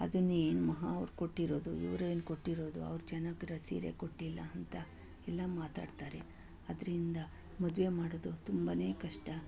ಅದನ್ನೇನು ಮಹಾ ಅವ್ರು ಕೊಟ್ಟಿರೋದು ಇವ್ರೇನು ಕೊಟ್ಟಿರೋದು ಅವ್ರು ಚೆನ್ನಾಗಿರೋ ಸೀರೆ ಕೊಟ್ಟಿಲ್ಲ ಅಂತ ಎಲ್ಲ ಮಾತಾಡ್ತಾರೆ ಆದ್ದರಿಂದ ಮದುವೆ ಮಾಡೋದು ತುಂಬನೇ ಕಷ್ಟ